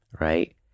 right